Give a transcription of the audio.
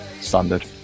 standard